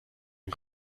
ein